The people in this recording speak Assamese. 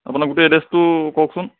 আপোনাৰ গোটেই এড্ৰেছটো কওকচোন